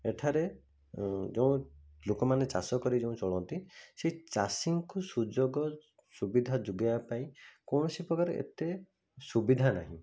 ଏଠାରେ ଯୋଉ ଲୋକମାନେ ଚାଷ କରିକି ଯୋଉ ଚଳନ୍ତି ସେଇ ଚାଷୀଙ୍କୁ ସୁଯୋଗ ସୁବିଧା ଯୋଗାଇବା ପାଇଁ କୌଣସି ପ୍ରକାର ଏତେ ସୁବିଧା ନାହିଁ